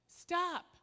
Stop